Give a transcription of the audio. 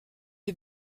est